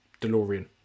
delorean